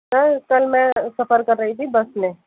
سر کل میں سفر کر رہی تھی بس میں